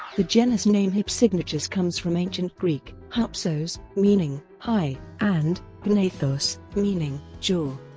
the genus name hypsignathus comes from ancient greek hupsos meaning high and gnathos meaning jaw.